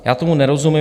Já tomu nerozumím.